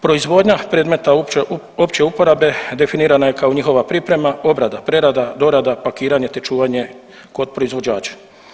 Proizvodnja predmeta opće uporabe definirana je kao njihova priprema, obrada, prerada, dorada, pakiranje te čuvanje kod proizvođača.